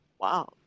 Wow